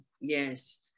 Yes